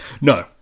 No